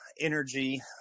energy